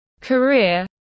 career